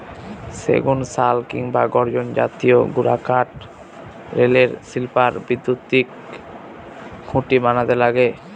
সেগুন, শাল কিংবা গর্জন জাতীয় গুরুকাঠ রেলের স্লিপার, বৈদ্যুতিন খুঁটি বানাতে লাগে